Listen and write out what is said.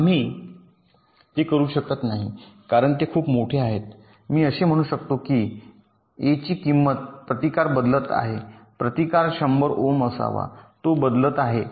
आम्ही ते करू शकत नाही कारण ते खूप मोठे आहेत मी असे म्हणू शकतो की a ची किंमत प्रतिकार बदलत आहे प्रतिकार 100 ओम असावा तो बदलला आहे